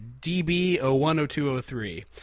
DB010203